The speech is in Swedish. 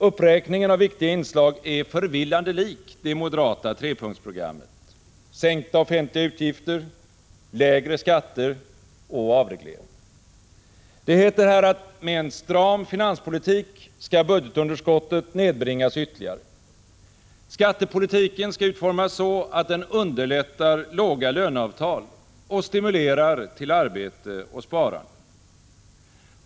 Uppräkningen av viktiga inslag är förvillande lik det moderata trepunktsprogrammet: sänkta offentliga utgifter, lägre skatter och avregleringar. Det heter att med en stram finanspolitik skall budgetunderskottet nedbringas ytterligare. Skattepolitiken skall utformas så att den underlättar låga löneavtal och stimulerar till arbete och sparande.